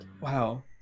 Wow